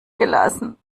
gelassen